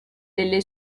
delle